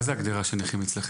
מה היא ההגדרה של נכה אצלכם?